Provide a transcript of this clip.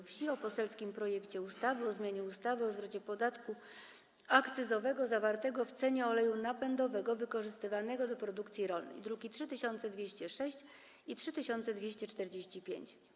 Wsi o poselskim projekcie ustawy o zmianie ustawy o zwrocie podatku akcyzowego zawartego w cenie oleju napędowego wykorzystywanego do produkcji rolnej (druki nr 3206 i 3245)